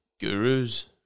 gurus